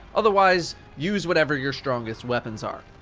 otherwise, use whatever your strongest weapons are.